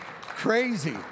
crazy